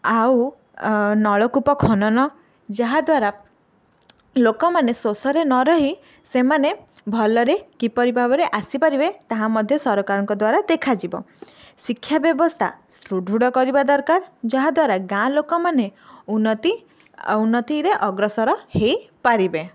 ଆଉ ନଳକୂପ ଖନନ ଯାହାଦ୍ୱାରା ଲୋକମାନେ ଶୋଷରେ ନ ରହି ସେମାନେ ଭଲରେ କିପରି ଭାବରେ ଆସିପାରିବେ ତାହା ମଧ୍ୟ ସରକାରଙ୍କ ଦ୍ୱାରା ଦେଖାଯିବ ଶିକ୍ଷା ବ୍ୟବସ୍ଥା ସୁଦୃଢ଼ କରିବା ଦରକାର ଯାହାଦ୍ୱାରା ଗାଁ ଲୋକମାନେ ଉନ୍ନତି ଉନ୍ନତିରେ ଅଗ୍ରସର ହୋଇପାରିବେ